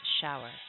shower